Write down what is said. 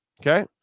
okay